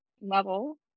level